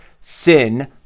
Sin